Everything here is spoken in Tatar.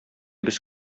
без